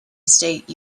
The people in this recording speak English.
state